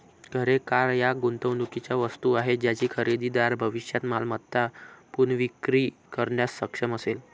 घरे, कार या गुंतवणुकीच्या वस्तू आहेत ज्याची खरेदीदार भविष्यात मालमत्ता पुनर्विक्री करण्यास सक्षम असेल